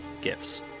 gifts